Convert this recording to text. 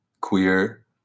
queer